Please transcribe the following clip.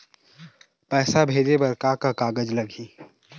पैसा भेजे बर का का कागज लगही?